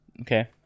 Okay